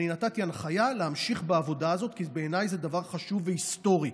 אני נתתי הנחיה להמשיך בעבודה הזאת כי בעיניי זה דבר חשוב והיסטורי.